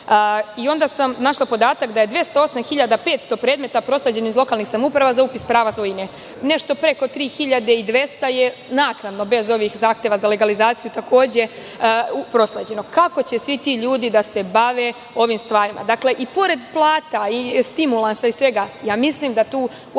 Onda sam našla podatak da je 208.500 predmeta prosleđeno iz lokalnih samouprava za upis prava svojine. Nešto preko 3.200 je naknadno, bez ovih zahteva za legalizaciju takođe prosleđeno. Kako će svi ti ljudi da se bave ovim stvarima. Dakle, i pored plata i stimulansa i svega ja mislim da tu